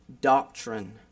doctrine